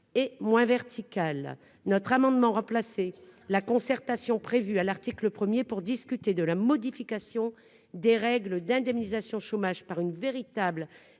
et moins vertical notre amendement remplacer la concertation prévue à l'article 1er pour discuter de la modification des règles d'indemnisation chômage par une véritable